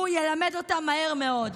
הוא ילמד אותם מהר מאוד.